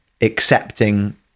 accepting